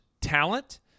talent